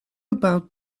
about